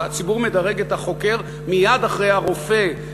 הציבור מדרג את החוקר מייד אחרי הרופא,